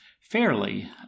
fairly